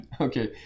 Okay